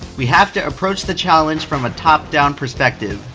we have to approach the challenge from a top-down perspective.